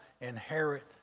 inherit